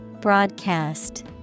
broadcast